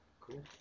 Cool